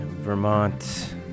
Vermont